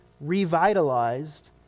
revitalized